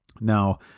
Now